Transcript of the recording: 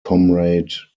comrade